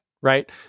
Right